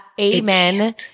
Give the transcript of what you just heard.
amen